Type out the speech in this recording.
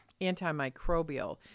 antimicrobial